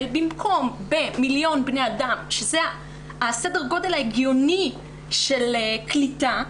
במקום במיליון בני אדם שזה הסדר גודל ההגיוני של קליטה,